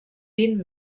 vint